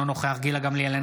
אינו נוכח גילה גמליאל,